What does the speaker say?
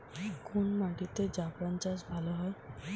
কোন মাটিতে জাফরান চাষ ভালো হয়?